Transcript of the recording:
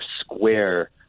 square